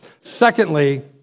secondly